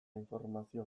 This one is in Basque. informazio